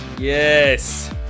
yes